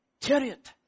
Chariot